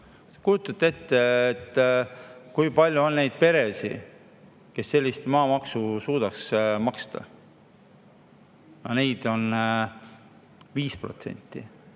kui palju on neid peresid, kes sellist maamaksu suudaks maksta? Neid on 5%